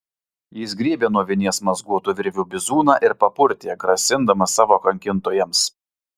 jis griebė nuo vinies mazguotų virvių bizūną ir papurtė grasindamas savo kankintojams